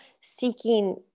seeking